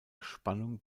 spannung